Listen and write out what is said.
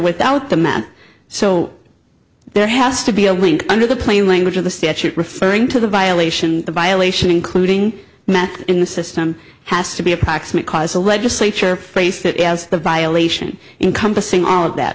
without the man so there has to be a link under the plain language of the statute referring to the violation the violation including math in the system has to be approximate cause the legislature faced it as a violation encompassing all of that